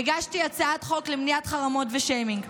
הגשתי הצעת חוק למניעת חרמות ושיימינג.